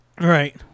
Right